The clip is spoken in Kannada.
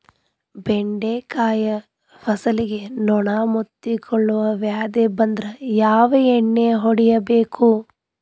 ಬೆಂಡೆಕಾಯ ಫಸಲಿಗೆ ನೊಣ ಮುತ್ತಿಕೊಳ್ಳುವ ವ್ಯಾಧಿ ಬಂದ್ರ ಯಾವ ಎಣ್ಣಿ ಹೊಡಿಯಬೇಕು?